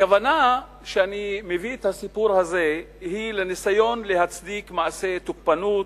הכוונה שלי כשאני מביא את הסיפור הזה היא לניסיון להצדיק מעשה תוקפנות,